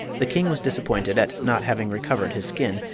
the king was disappointed at not having recovered his skin,